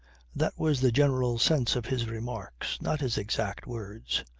that was the general sense of his remarks, not his exact words.